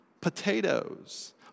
potatoes